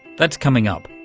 that's coming up.